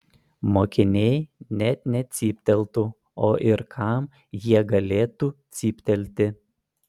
mokiniai net necypteltų o ir kam jie galėtų cyptelti